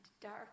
dark